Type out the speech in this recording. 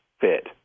fit